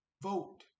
vote